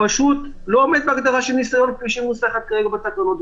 פשוט לא עומד בהגדרה של ניסיון כפי שהיא מנוסחת כרגע בתקנות.